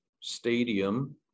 stadium